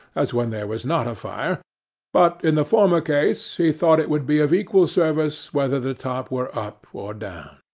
as when there was not a fire but in the former case he thought it would be of equal service whether the top were up or down